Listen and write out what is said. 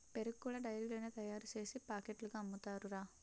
పెరుగు కూడా డైరీలోనే తయారుసేసి పాకెట్లుగా అమ్ముతారురా